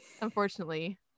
unfortunately